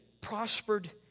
prospered